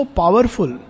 powerful